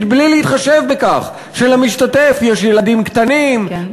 בלי להתחשב בכך שלמשתתף יש ילדים קטנים,